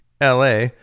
la